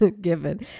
given